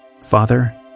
Father